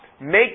make